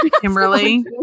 Kimberly